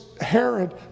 Herod